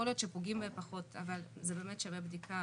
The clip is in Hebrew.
יכול להיות שפוגעים בהם פחות אבל זה באמת שווה בדיקה,